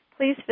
Please